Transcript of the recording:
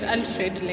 Alfred